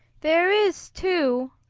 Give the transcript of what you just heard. there is, too.